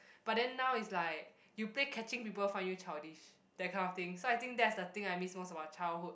but then now is like you play catching people find you childish that kind of thing so I think that's the thing I most about childhood